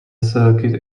circuit